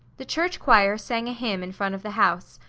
the church choir sang a hymn in front of the house,